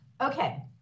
Okay